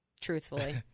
truthfully